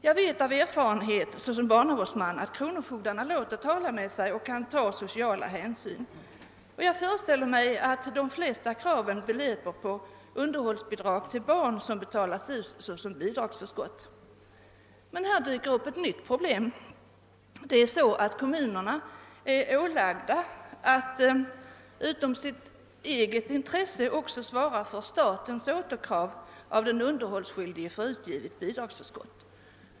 Som barnavårdsman vet jag av erfarenhet att kronofogdarna låter tala med sig och att de kan ta sociala hänsyn. Jag föreställer mig att de flesta kraven belöper sig på underhållsbidrag till barn, som betalats ut såsom bidragsförskott. Men här dyker ett nytt problem upp. Kommunerna är ålagda att förutom för sitt eget intresse också svara för statens återkrav hos den underhållsskyldige för utgivet bidragsförskott.